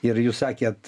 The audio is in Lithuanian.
ir jūs sakėt